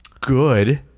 good